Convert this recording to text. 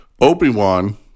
Obi-Wan